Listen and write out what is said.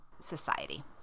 society